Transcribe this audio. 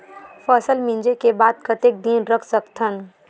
फसल मिंजे के बाद कतेक दिन रख सकथन?